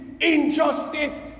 injustice